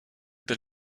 del